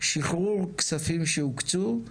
שחרור כספים שהוקצו,